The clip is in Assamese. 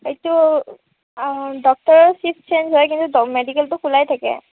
এইটো অঁ ডক্তৰৰ চিফ্ট চেঞ্জ হয় কিন্তু মেডিকেলটো খোলাই থাকে